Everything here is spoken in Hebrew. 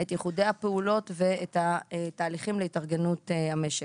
את ייחודי הפעולות ואת התהליכים להתארגנות המשק.